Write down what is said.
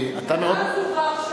מאז הוכח שהחוק נכשל.